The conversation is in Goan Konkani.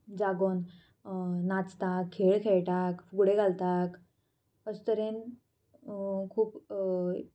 जागून नाचता खेळ खेळटात फुगडे घालता अशे तरेन खूब